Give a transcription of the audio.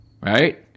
Right